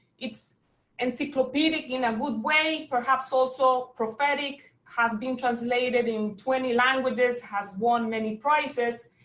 it's encyclopedic in a good way, perhaps also prophetic, has been translated in twenty languages, has won many prizes.